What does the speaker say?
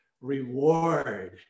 reward